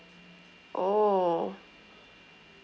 oh